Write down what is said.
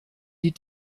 die